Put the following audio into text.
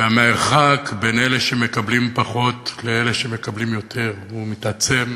והמרחק בין אלה שמקבלים פחות לאלה שמקבלים יותר מתעצם.